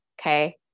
Okay